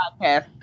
podcast